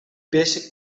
basic